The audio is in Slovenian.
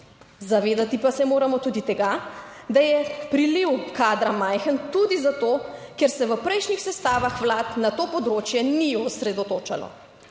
Zavedati pa se moramo tudi tega, da je priliv kadra majhen tudi zato, ker se v prejšnjih sestavah vlad na to področje ni osredotočalo.